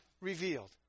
revealed